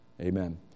Amen